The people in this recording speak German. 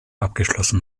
abgeschlossen